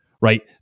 right